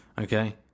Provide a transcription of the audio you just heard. Okay